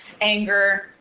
anger